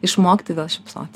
išmokti vėl šypsotis